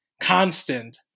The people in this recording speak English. constant